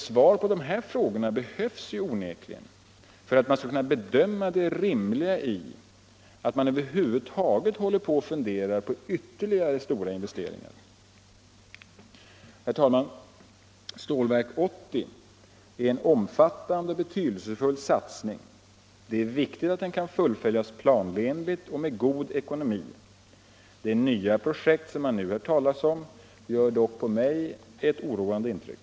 Svar på dessa frågor behövs onekligen för att kunna bedöma det rimliga i att man över huvud taget funderar på ytterligare stora investeringar. Herr talman! Stålverk 80 är en omfattande och betydelsefull satsning. Det är viktigt att den kan fullföljas planenligt och med god ekonomi. De nya projekt man nu hör talas om gör dock på mig ett oroande intryck.